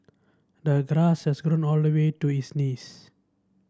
the grass has grown all the way to his knees